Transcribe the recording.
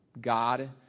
God